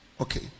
Okay